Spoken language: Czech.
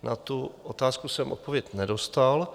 Na tu otázku jsem odpověď nedostal.